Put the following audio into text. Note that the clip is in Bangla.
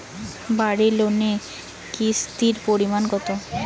বাড়ি লোনে কিস্তির পরিমাণ কত?